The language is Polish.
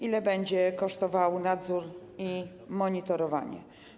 Ile będą kosztowały nadzór i monitorowanie?